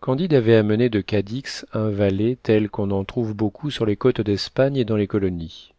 candide avait amené de cadix un valet tel qu'on en trouve beaucoup sur les côtes d'espagne et dans les colonies